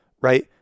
right